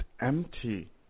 empty